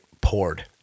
poured